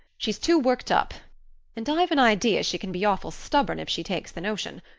she's too worked up and i've an idea she can be awful stubborn if she takes the notion.